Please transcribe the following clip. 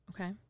Okay